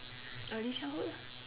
early childhood ah